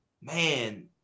man